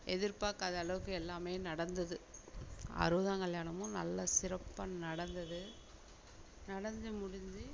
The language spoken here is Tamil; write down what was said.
எதிர்பாக்காத அளவுக்கு எல்லாமே நடந்தது அறுபதாங் கல்யாணமும் நல்லா சிறப்பாக நடந்தது நடந்து முடிஞ்சு